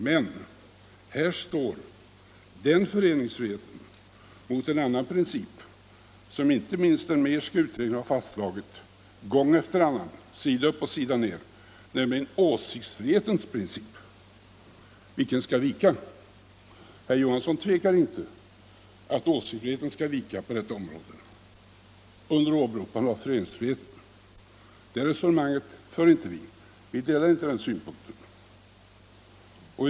Men här står principen om föreningsfriheten mot en annan princip som inte minst den Mehrska utredningen har fastslagit gång efter gång, sida upp och sida ner, nämligen åsiktsfrihetens princip. Vilken skall vika? Herr Johansson tvekar inte om att åsiktsfriheten skall vika på detta område till förmån för föreningsfriheten. Vi delar inte den uppfattningen.